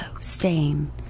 stain